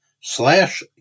slash